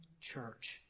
church